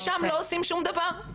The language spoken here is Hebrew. ושם לא עושים שום דבר.